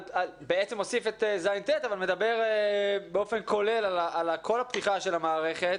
מוסיף את ז'-ט' אבל מדבר באופן כולל על כל הפתיחה של המערכת.